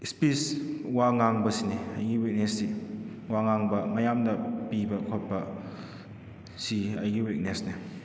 speech ꯋꯥ ꯉꯥꯡꯕꯁꯤꯅꯤ ꯑꯩꯒꯤ ꯋꯤꯛꯅꯦꯁꯁꯤ ꯋꯥ ꯉꯥꯡꯕ ꯃꯌꯥꯝꯗ ꯄꯤꯕ ꯈꯣꯠꯄꯁꯤ ꯑꯩꯒꯤ ꯋꯤꯛꯅꯦꯁꯅꯤ